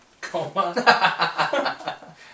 Coma